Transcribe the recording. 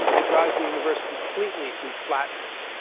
it drives the universe completely to flatness,